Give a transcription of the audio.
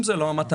אם זו לא המטרה,